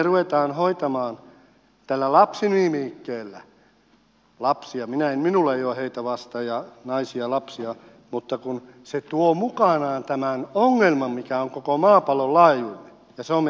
minulla ei ole naisia ja lapsia vastaan mitään mutta jos me rupeamme hoitamaan tällä lapsinimikkeellä niin se tuo mukanaan tämän ongelman mikä on koko maapallon laajuinen ja se on meidän sylissä kohta